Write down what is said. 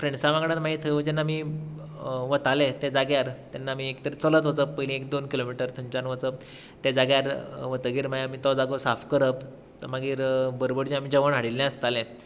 फ्रेन्डसा वांगडा मागीर थंय जेन्ना आमी वताले त्या जाग्यार तेन्ना आमी एक तर चलत वचप पयलीं एक दोन किलोमिटर थंयच्यान वचप त्या जाग्यार वतगीर मागीर आमी तो जागो साफ करप मागीर बरोबर जें आमी जेवण हाडिल्लें आसतालें